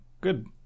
Good